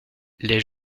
les